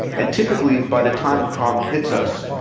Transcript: and typically, by the time the problem hits us,